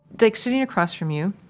like sitting across from you,